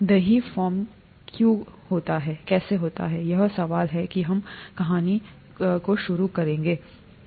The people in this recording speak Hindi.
दही फार्मक्यों करता है यह सवाल है कि हम कहानी शुरू करने के लिए पूछने जा रहे हैं